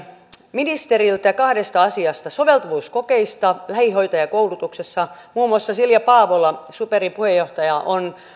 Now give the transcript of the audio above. ministeriltä kahdesta asiasta soveltuvuuskokeista lähihoitajakoulutuksessa muun muassa silja paavola superin puheenjohtaja on